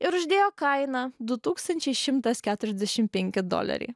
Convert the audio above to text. ir uždėjo kainą du tūkstančiai šimtas keturiasdešim penki doleriai